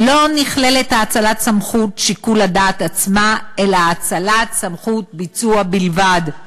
"לא נכללת האצלת סמכות שיקול הדעת עצמה" אלא האצלת סמכות ביצוע בלבד.